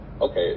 okay